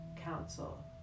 council